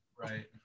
Right